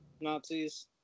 Nazis